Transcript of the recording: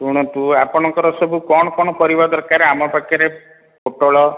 ଶୁଣନ୍ତୁ ଆପଣଙ୍କର ସବୁ କ'ଣ କ'ଣ ପରିବା ଦରକାର ଆମ ପାଖରେ ପୋଟଳ